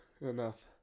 enough